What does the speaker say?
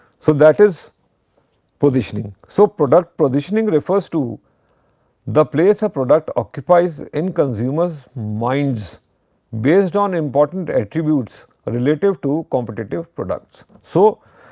so, that is positioning. so, product positioning refers to the place a product occupies in consumers' minds based on important attributes relative to competitive products. so,